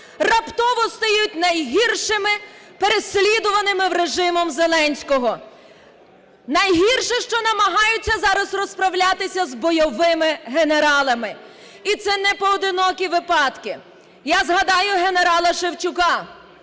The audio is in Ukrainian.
раптово стають найгіршими, переслідуваними режимом Зеленського. Найгірше, що намагаються зараз розправлятися з бойовими генералами. І це непоодинокі випадки. Я згадаю генерала Шевчука,